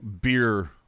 beer